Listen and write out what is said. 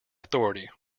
authority